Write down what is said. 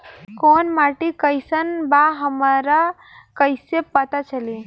कोउन माटी कई सन बा हमरा कई से पता चली?